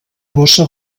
bossa